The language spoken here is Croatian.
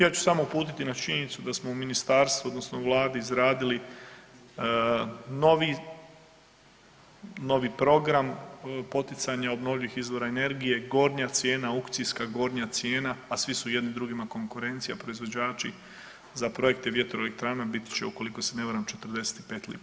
Ja ću samo uputiti na činjenicu da smo u ministarstvu odnosno Vladi izradili novi, novi program poticanja obnovljivih izvora energije, gornja cijena aukcijska, gornja cijena, a svi su jedni drugima konkurencija, proizvođači za projekte vjetroelektrana bit će, ukoliko se ne varam, 45 lipa.